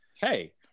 Hey